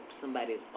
Somebody's